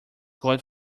god